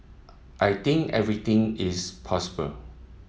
I think everything is possible